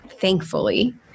thankfully